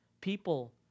people